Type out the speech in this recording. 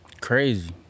crazy